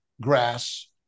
grass